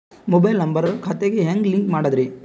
Mobile number ಖಾತೆ ಗೆ ಹೆಂಗ್ ಲಿಂಕ್ ಮಾಡದ್ರಿ?